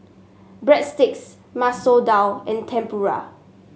Breadsticks Masoor Dal and Tempura